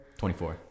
24